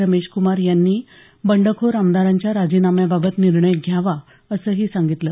रमेशकुमार यांनी बंडखोर आमदारांच्या राजीनाम्याबाबत निर्णय घ्यावा असंही सांगितलं